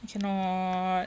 I cannot